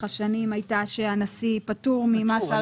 השנים הייתה שהנשיא פטור ממס הכנסה ותשלומים.